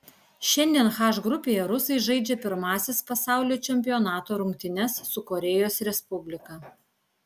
šiandien h grupėje rusai žaidžia pirmąsias pasaulio čempionato rungtynes su korėjos respublika